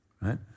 right